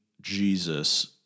Jesus